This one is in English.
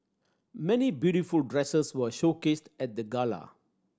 many beautiful dresses were showcased at the gala